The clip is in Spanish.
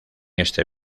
este